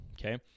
okay